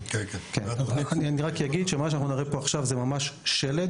אני רק אגיד שמה שאנחנו נראה פה עכשיו זה ממש שלד,